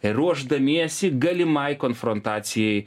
ruošdamiesi galimai konfrontacijai